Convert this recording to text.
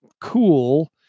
cool